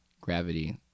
Gravity